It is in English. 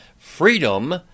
Freedom